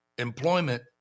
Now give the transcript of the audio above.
employment